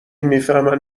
میفهمین